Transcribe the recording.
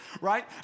right